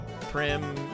prim